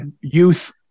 youth